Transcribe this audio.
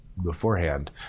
beforehand